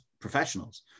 professionals